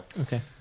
Okay